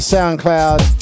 SoundCloud